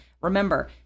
Remember